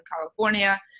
California